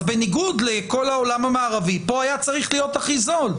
אז בניגוד לכל העולם המערבי פה היה צריך להיות הכי זול.